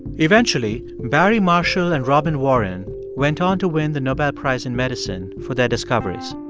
eventually, barry marshall and robin warren went on to win the nobel prize in medicine for their discoveries